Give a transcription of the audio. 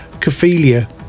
Cophelia